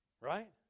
Right